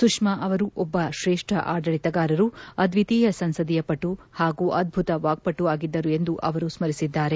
ಸುಷ್ಠಾ ಅವರು ಒಬ್ಬ ತ್ರೇಷ್ಠ ಆಡಳಿತಗಾರರು ಅದ್ವಿತೀಯ ಸಂಸದೀಯಪಟು ಹಾಗೂ ಅದ್ದುತ ವಾಗ್ಬಟು ಆಗಿದ್ದರು ಎಂದು ಅವರು ಸ್ಮರಿಸಿದ್ದಾರೆ